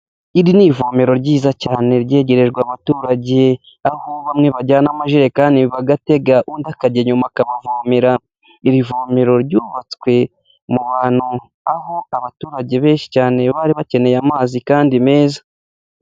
Iri ni ivomero ryiza cyane ryegerejwe abaturage, aho bamwe bajyana amajerekani bagatega undi akajya inyuma akabavomera, iri vomero ryubatswe mu bantu aho abaturage benshi cyane bari bakeneye amazi kandi meza.